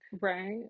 right